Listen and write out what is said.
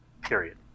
period